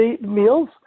meals